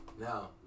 Now